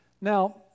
Now